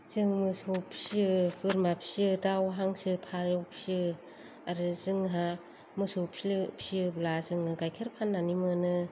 जों मोसौ फिसियो बोरमा फिसियो दाउ हांसो फारौ फिसियो आरो जोंहा मोसौ फ्लो फियोबा जोङो गाइखेर फान्नानै मोनो